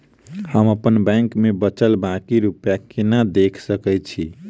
हम अप्पन बैंक मे बचल बाकी रुपया केना देख सकय छी?